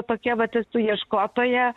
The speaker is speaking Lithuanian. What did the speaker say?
tokia vat as esu ieškotoja